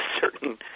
certain